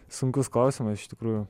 sunkus klausimas iš tikrųjų